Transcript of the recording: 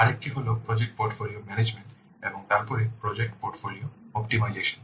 আরেকটি হল project portfolio management এবং তারপরে প্রজেক্ট পোর্টফোলিও অপ্টিমাইজেশন